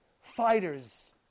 fighters